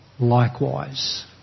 Likewise